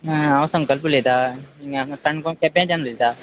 आं हांव संकल्प उलयतां हिंगां काणकोण केप्यांच्यान उलयतां